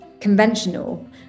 conventional